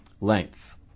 length